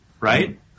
right